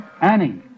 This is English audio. Annie